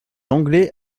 anglais